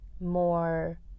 more